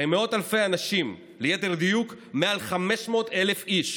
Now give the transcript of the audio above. הרי מאות אלפי אנשים, ליתר דיוק מעל 500,000 איש,